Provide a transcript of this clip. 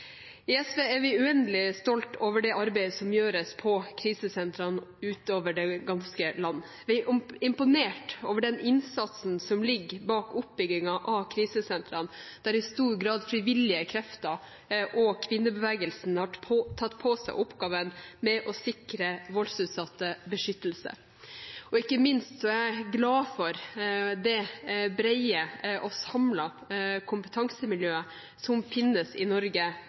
I SV er vi uendelig stolte av det arbeidet som gjøres på krisesentrene over det ganske land. Vi er imponert over den innsatsen som ligger bak oppbyggingen av krisesentrene, der i stor grad frivillige krefter og kvinnebevegelsen har tatt på seg oppgaven med å sikre voldsutsatte beskyttelse. Ikke minst er jeg glad for det brede og samlete kompetansemiljøet som finnes i Norge